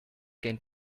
gain